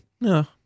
No